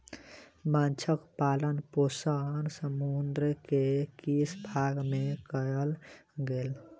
माँछक पालन पोषण समुद्र के किछ भाग में कयल गेल